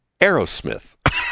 Aerosmith